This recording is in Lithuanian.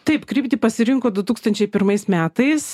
taip kryptį pasirinko du tūkstančiai pirmais metais